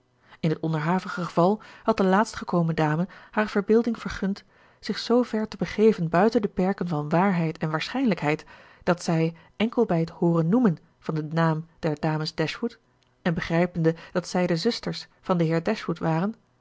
in het onderhavige geval had de laatst gekomen dame haar verbeelding vergund zich zoover te begeven buiten de perken van waarheid en waarschijnlijkheid dat zij enkel bij het hooren noemen van den naam der dames dashwood en begrijpende dat zij de zusters van den heer dashwood waren